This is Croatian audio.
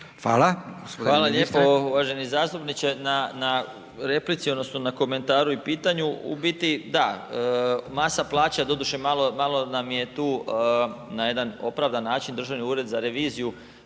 Hvala lijepo uvaženi zastupniče na replici odnosno na komentaru i pitanju. U biti da, masa plaća doduše malo nam je tu na jedan opravdan način Državni ured za reviziju